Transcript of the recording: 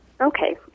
Okay